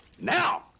Now